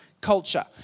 culture